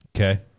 Okay